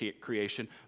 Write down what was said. creation